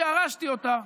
שירשתי אותה,